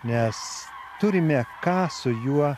nes turime ką su juo